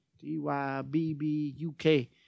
D-Y-B-B-U-K